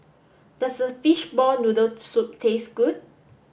does Fishball Noodle Soup taste good